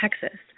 Texas